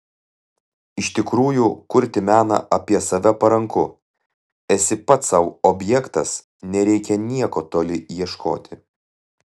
iš tikrųjų kurti meną apie save paranku esi pats sau objektas nereikia nieko toli ieškoti